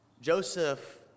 Joseph